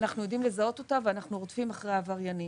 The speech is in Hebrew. אנחנו יודעים לזהות אותה ואנחנו רודפים אחרי העבריינים.